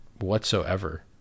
whatsoever